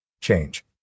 change